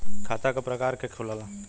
खाता क प्रकार के खुलेला?